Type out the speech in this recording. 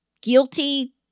guilty